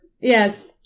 Yes